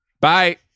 bye